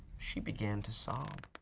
she began to sob.